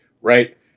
right